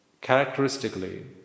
characteristically